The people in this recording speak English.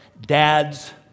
dad's